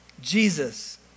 Jesus